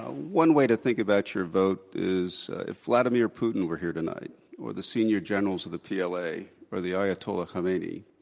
ah one way to think about your vote is if vladimir putin were here tonight or the senior generals of the pla or the ayatollah khomeini,